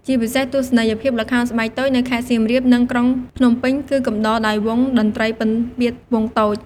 ជាពិសេស ទស្សនីយភាពល្ខោនស្បែកតូចនៅខេត្តសៀមរាប និងក្រុងភ្នំពេញ គឺកំដរដោយវង់តន្ត្រីពិណពាទ្យវង់តូច ។